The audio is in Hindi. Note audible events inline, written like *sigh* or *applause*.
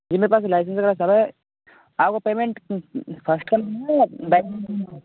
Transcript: जी मेरे पास लाइसेंस वगैरह सब है आप को पेमेंट फस्ट देना है या *unintelligible*